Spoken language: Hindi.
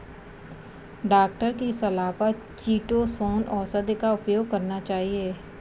डॉक्टर की सलाह पर चीटोसोंन औषधि का उपयोग करना चाहिए